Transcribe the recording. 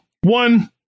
One